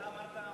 אתה אמרת,